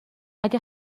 اگه